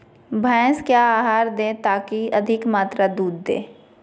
भैंस क्या आहार दे ताकि अधिक मात्रा दूध दे?